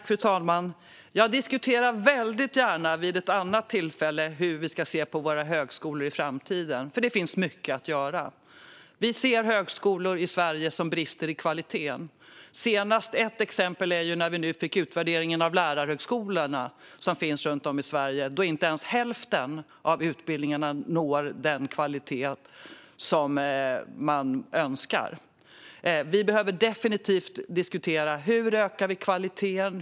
Fru talman! Jag diskuterar väldigt gärna vid ett annat tillfälle hur vi ska se på våra högskolor i framtiden. Där finns det mycket att göra. Vi ser högskolor i Sverige som brister i kvalitet. Ett exempel är den utvärdering vi fick nu senast av lärarhögskolorna runt om i Sverige, där inte ens hälften av utbildningarna når den kvalitet som man önskar. Vi behöver definitivt diskutera detta: Hur ökar vi kvaliteten?